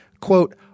quote